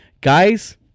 Guys